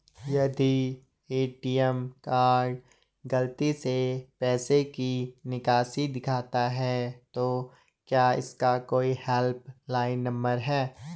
यदि ATM card गलती से पैसे की निकासी दिखाता है तो क्या इसका कोई हेल्प लाइन नम्बर है?